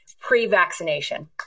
pre-vaccination